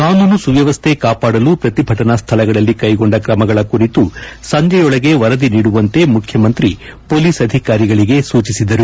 ಕಾನೂನು ಸುವ್ಯವಸ್ಥೆ ಕಾಪಾಡಲು ಕ್ರತಿಭಟನಾ ಸ್ಥಳಗಳಲ್ಲಿ ಕೈಗೊಂಡ ಕ್ರಮಗಳ ಕುರಿತು ಸಂಜೆಯೊಳಗೆ ವರದಿ ನೀಡುವಂತೆ ಮುಖ್ಯಮಂತ್ರಿ ಪೊಲೀಸ್ ಅಧಿಕಾರಿಗಳಿಗೆ ಸೂಚಿಸಿದರು